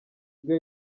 bwe